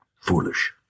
Foolish